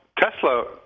Tesla